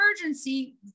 emergency